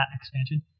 expansion